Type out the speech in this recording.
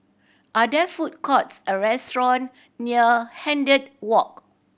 are there food courts or restaurant near Hindhede Walk